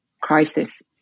crisis